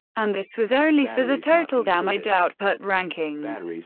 and this was only for the total damage output rankings.